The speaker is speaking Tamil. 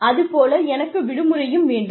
அது போல எனக்கு விடுமுறையும் வேண்டும்